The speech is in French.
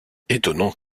étonnant